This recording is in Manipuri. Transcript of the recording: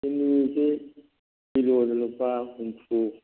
ꯆꯤꯅꯤꯁꯤ ꯀꯤꯂꯣꯗ ꯂꯨꯄꯥ ꯍꯨꯝꯐꯨ